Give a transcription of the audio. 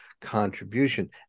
contribution